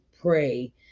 pray